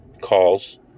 calls